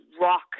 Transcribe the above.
rock